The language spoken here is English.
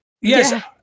Yes